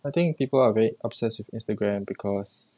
I think people are very obsessed with instagram because